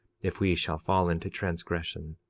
if we shall fall into transgression.